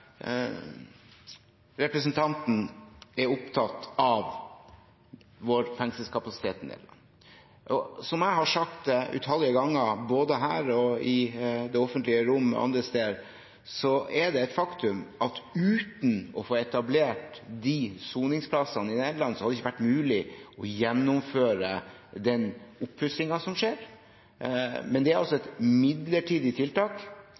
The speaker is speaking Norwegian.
har sagt utallige ganger – både her, i det offentlige rom og andre steder – er det et faktum at uten å få etablert disse soningsplassene i Nederland, hadde det ikke vært mulig å gjennomføre den oppussingen som skjer, men det er altså et midlertidig tiltak.